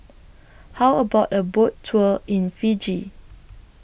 How about A Boat Tour in Fiji